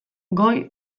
goi